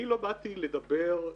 אני לא באתי לדבר,